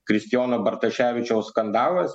kristijono bartaševičiaus skandalas